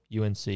UNC –